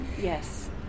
yes